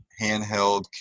handheld